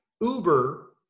uber